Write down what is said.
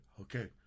okay